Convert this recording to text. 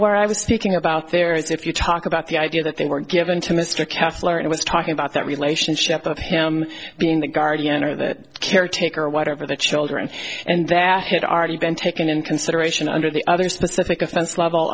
where i was speaking about there is if you talk about the idea that they were given to mr kessler and i was talking about that relationship of him being the guardian or the caretaker whatever the children and that had already been taken in consideration under the other specific offense level